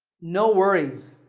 no worries.